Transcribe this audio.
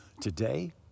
today